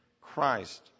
Christ